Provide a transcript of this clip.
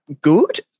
good